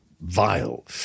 vile